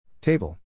table